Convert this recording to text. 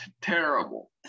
terrible